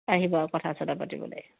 আহিব আৰু কথা চথা পাতিবলৈ